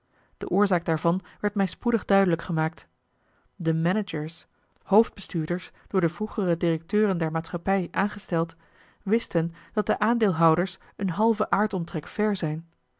de oorzaak daarvan werd mij spoedig duidelijk gemaakt de managers hoofdbestuurders door de vroegere directeuren der maatschappij aangesteld wisten dat de aandeelhouders een halven aardomtrek ver zijn